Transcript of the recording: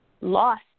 lost